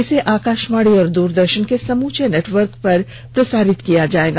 इसे आकाशवाणी और दूरदर्शन के समूचे नेटवर्क पर प्रसारित किया जाएगा